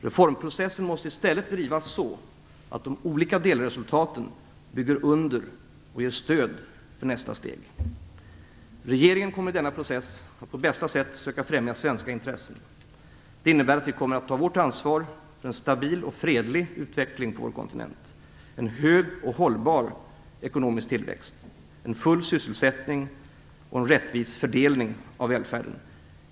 Reformprocessen måste i stället drivas så, att de olika delresultaten bygger under och ger stöd för nästa steg. Regeringen kommer i denna process på bästa sätt söka främja svenska intressen. Det innebär att vi kommer att ta vårt ansvar för en stabil och fredlig utveckling på vår kontinent, en hög och hållbar ekonomisk tillväxt, en full sysselsättning och en rättvis fördelning av välfärden.